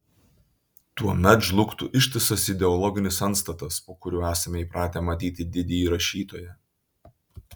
tuomet žlugtų ištisas ideologinis antstatas po kuriuo esame įpratę matyti didįjį rašytoją